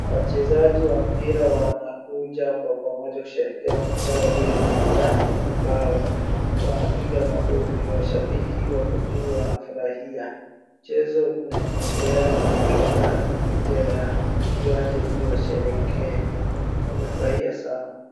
Wachezaji wa mpira wanakuja kwa pamoja kusherehekea mwenzao aliyefunga bao. Wanapiga makofi. Mashabiki wako juu wanafurahia. Mchezo unaendelea. Wametoka nje ya kiwanja ili washerehekee. Wamefurahia sana.